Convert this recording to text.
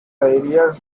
areas